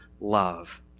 love